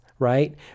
right